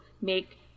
make